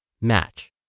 match